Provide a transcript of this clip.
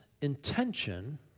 intention